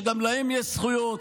שגם להם יש זכויות.